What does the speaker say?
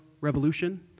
Revolution